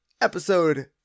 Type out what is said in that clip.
Episode